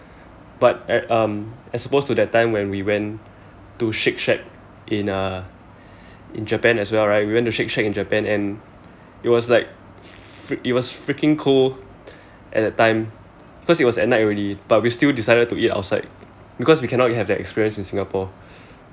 but at um as opposed to that time that we went to shake shack in uh in Japan as well right we went to shake shack in Japan and it was like fr~ it was freaking cold at that time cause it was at night already but we still decided to eat outside because we cannot have that experience in Singapore